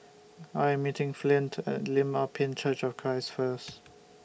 I Am meeting Flint At Lim Ah Pin Church of Christ First